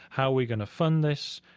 how are we going to fund this,